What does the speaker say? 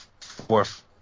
fourth